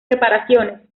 reparaciones